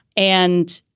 and,